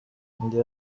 ndi